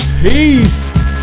Peace